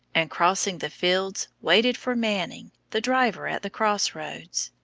and, crossing the fields, waited for manning, the driver at the cross-roads.